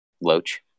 Loach